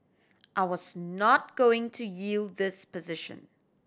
I was not going to yield this position